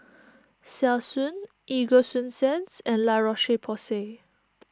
Selsun EgoSunsense and La Roche Porsay